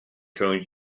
code